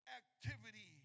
activity